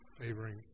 favoring